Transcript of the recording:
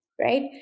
right